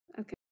Okay